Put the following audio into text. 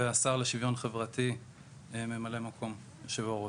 והשר לשוויון חברתי ממלא מקום יושב הראש.